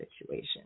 situation